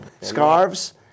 Scarves